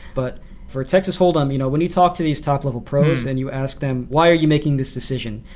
but for texas hold em, you know when you talk to these top-level top-level pros and you ask them, why are you making this decision?